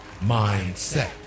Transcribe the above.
Mindset